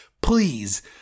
please